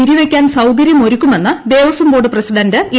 വിരിവയ്ക്കാൻ സ്റ്റ്കരൃം ഒരുക്കുമെന്ന് Devaswom board president A